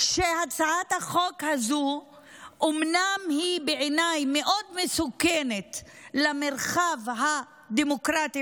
שהצעת החוק הזו אומנם מסוכנת מאוד למרחב הדמוקרטי